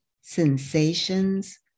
sensations